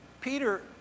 Peter